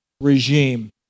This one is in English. regime